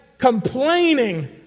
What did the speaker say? complaining